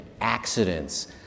accidents